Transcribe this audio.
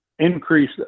increase